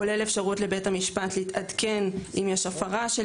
כולל אפשרות לבית המשפט להתעדכן אם יש הפרה של